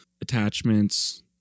attachments